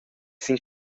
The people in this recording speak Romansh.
sin